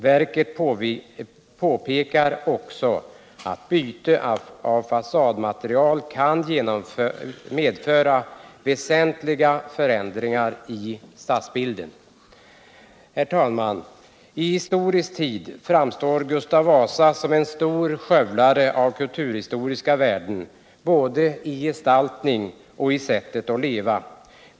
Verket påpekar också att byte av fasadmaterial kan medföra väsentliga förändringar i stadsbilden. Herr talman! I historisk tid framstår Gustav Vasa, både i gestaltning och i sättet att leva, som en stor skövlare av kulturhistoriska värden.